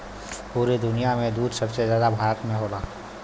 पुरे दुनिया में दूध सबसे जादा भारत में होला